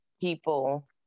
people